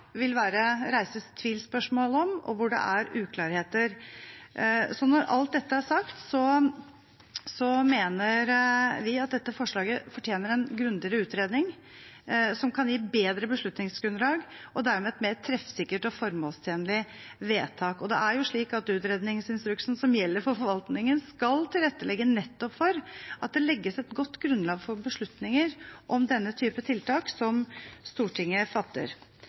uklarheter. Når alt dette er sagt, mener vi at dette forslaget fortjener en grundigere utredning, som kan gi et bedre beslutningsgrunnlag og dermed et mer treffsikkert og formålstjenlig vedtak. Utredningsinstruksen som gjelder for forvaltningen, skal tilrettelegge nettopp for at det legges et godt grunnlag for beslutninger om denne type tiltak som Stortinget fatter.